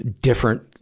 different